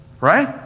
Right